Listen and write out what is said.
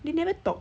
they never talk